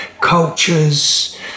cultures